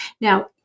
Now